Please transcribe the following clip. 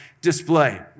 display